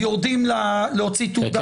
יורדים להוציא תעודת פטירה?